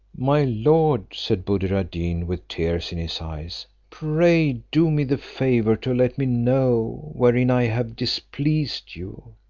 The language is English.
my lord, said buddir ad deen, with tears in his eyes, pray do me the favour to let me know wherein i have displeased you.